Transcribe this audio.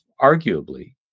arguably